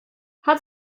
hat